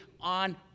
on